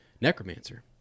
necromancer